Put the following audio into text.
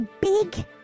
big